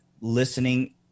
listening